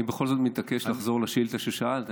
אני בכל זאת מתעקש לחזור לשאילתה ששאלת.